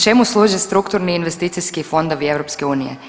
Čemu služe strukturni i investicijski fondovi EU?